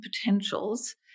potentials